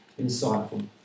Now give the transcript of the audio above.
insightful